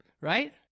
Right